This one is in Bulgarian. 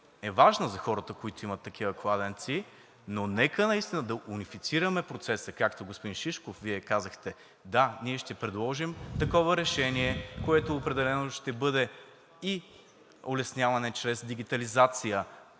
е важна за хората, които имат такива кладенци. Нека наистина да унифицираме процеса, както, господин Шишков, Вие казахте: „Да, ние ще предложим такова решение, което определено ще бъде и улесняване чрез дигитализация.“